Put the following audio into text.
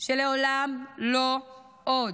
שלעולם לא עוד.